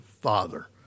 father